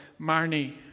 Marnie